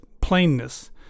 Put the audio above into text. plainness